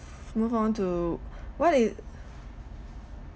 move onto what is